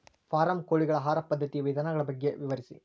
form ಕೋಳಿಗಳ ಆಹಾರ ಪದ್ಧತಿಯ ವಿಧಾನಗಳ ಬಗ್ಗೆ ವಿವರಿಸಿ